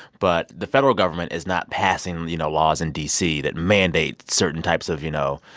but the federal government is not passing you know laws in d c. that mandate certain types of, you know,